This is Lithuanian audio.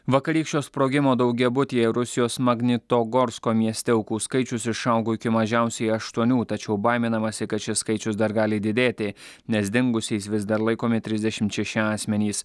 vakarykščio sprogimo daugiabutyje rusijos magnitogorsko mieste aukų skaičius išaugo iki mažiausiai aštuonių tačiau baiminamasi kad šis skaičius dar gali didėti nes dingusiais vis dar laikomi trisdešimt šeši asmenys